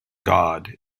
god